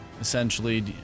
essentially